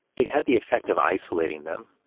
it had the effect of isolating them,